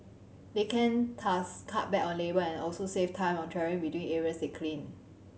they can cut back on labour and also save time on travelling between areas they clean